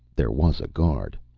there was a guard.